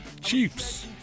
Chiefs